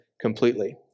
completely